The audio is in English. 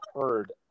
heard